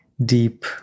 deep